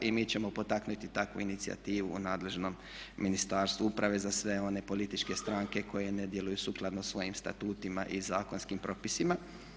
Mi ćemo potaknuti takvu inicijativu nadležnom Ministarstvu uprave za sve one političke stranke koje ne djeluju sukladno svojim statutima i zakonskim propisima.